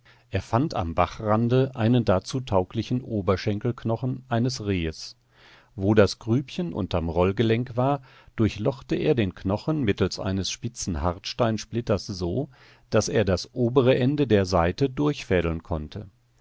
er fand am bachrande einen dazu tauglichen oberschenkelknochen eines rehes wo das grübchen unterm rollgelenk war durchlochte er den knochen mittels eines spitzen hartsteinsplitters so daß er das obere ende der saite durchfädeln konnte